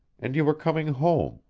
and you were coming home,